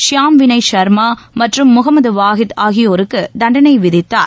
ஷியாம் விளய் ஷர்மா மற்றும் முகமத் வாஹித் ஆகியோருக்கு தண்டனை விதித்தார்